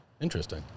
Interesting